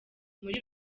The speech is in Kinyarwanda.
muri